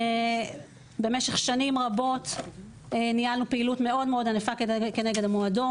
במשך שנים רבות ניהלנו פעילות מאוד ענפה כנגד המועדון.